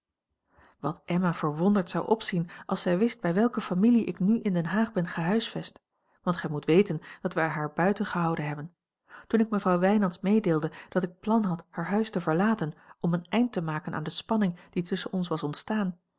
wat emma verwonderd zou opzien als zij wist bij welke familie ik nu in den haag ben gehuisvest want gij moet weten dat wij er haar buiten gehouden hebben toen ik mevrouw wijnands meedeelde dat ik plan had haar huis te verlaten om een eind te maken aan de spanning die tusschen ons was ontstaan